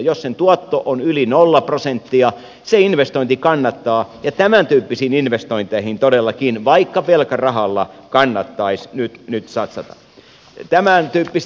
jos sen tuotto on yli nolla prosenttia se investointi kannattaa ja tämäntyyppisiin investointeihin todellakin vaikka velkarahalla kannattaisi nyt satsata